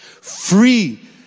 Free